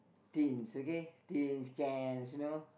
tins okay tins cans you know